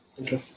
okay